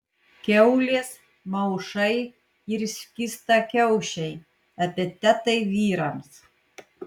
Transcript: kiaulės maušai ir skystakiaušiai epitetai vyrams